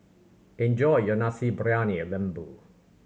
enjoy your Nasi Briyani Lembu